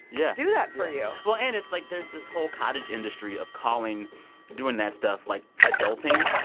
yeah. do that for you well, and it's like there's this whole cottage industry of calling doing that stuff, like, adulting.